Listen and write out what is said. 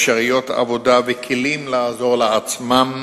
אפשרויות עבודה וכלים לעזור לעצמם,